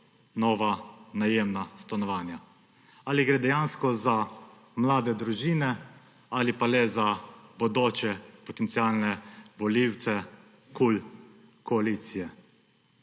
nova najemna stanovanja. Ali gre dejansko za mlade družine ali pa le za bodoče, potencialne volivce koalicije